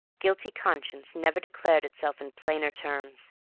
guilty conscience never declared itself in plainer terms.